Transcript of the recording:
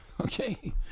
okay